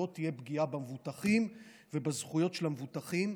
המטרה הסופית היא שלא תהיה פגיעה במבוטחים ובזכויות של המבוטחים,